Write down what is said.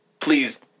please